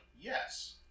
yes